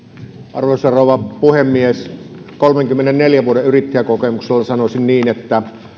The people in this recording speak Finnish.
arvoisa rouva puhemies kolmenkymmenenneljän vuoden yrittäjäkokemuksella sanoisin niin että